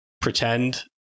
pretend